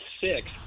six